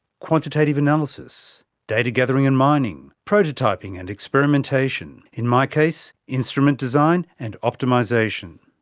quantitative analysis, data gathering and mining, prototyping and experimentation, in my case instrument design and optimisation.